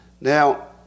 Now